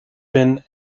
been